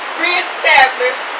reestablish